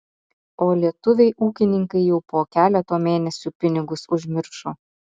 o lietuviai ūkininkai jau po keleto mėnesių pinigus užmiršo